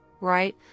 right